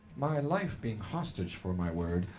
my life being hostage for my word,